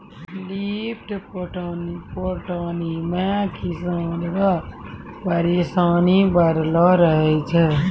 lift पटौनी मे किसान रो परिसानी बड़लो रहै छै